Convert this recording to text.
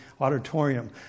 auditorium